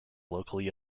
locally